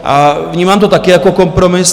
A vnímám to taky jako kompromis.